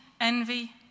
envy